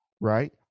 right